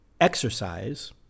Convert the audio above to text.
exercise